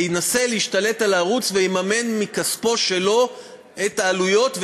ינסה להשתלט על הערוץ ויממן מכספו שלו את העלויות,